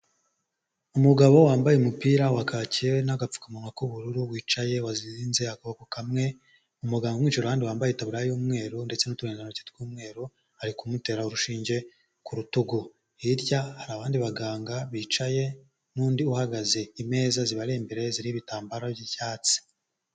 Umugabo wambaye umupira wa kacye n'agapfukamunwa k'ubururu wicaye wazinze akaboko kamwe, umuganga umwicaye iruhande wambaye ikatabuya y'umweru ndetse n'uturindantoki tw'umweru, ari kumutera urushinge ku rutugu, hirya hari abandi baganga bicaye n'undi uhagaze imeza zibari imbere ziriho ibitambaro by'icyatsi.